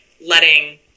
letting